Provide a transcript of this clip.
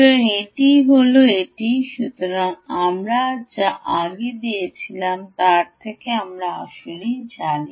সুতরাং এটিই হল এটি সুতরাং আমরা যা আগে লিখেছিলাম তা থেকে আমরা আসলেই জানি